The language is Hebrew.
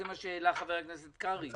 זה מה שהעלה חבר הכנסת קרעי.